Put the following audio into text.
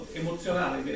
emozionale